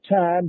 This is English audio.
time